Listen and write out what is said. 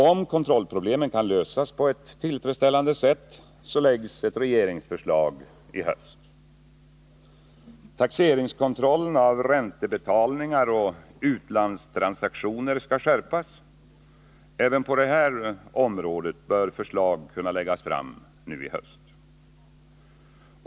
Om kontrollproblemen kan lösas på ett tillfredsställande sätt, läggs ett regeringsförslag fram i höst. Taxeringskontrollen av räntebetalningar och utlandstransaktioner skall skärpas. Även på detta område bör förslag kunna läggas fram nu i höst.